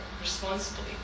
responsibly